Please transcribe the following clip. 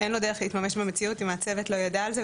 אין לו דרך להתממש במציאות אם הצוות לא יידע על זה.